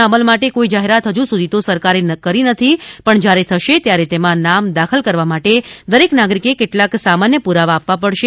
ના અમલ માટે કોઈ જાહેરાત હજુ સુધી તો સરકારે કરી નથી પણ જ્યારે થશે ત્યારે તેમાં નામ દાખલ કરવા માટે દરેક નાગરિકે કેટલાક સામાન્ય પુરાવા આપવા પડશે